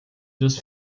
dos